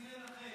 תני לי לנחש.